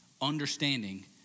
understanding